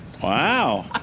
Wow